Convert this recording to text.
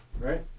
right